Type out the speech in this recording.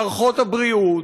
מערכות הבריאות,